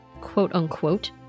quote-unquote